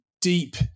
deep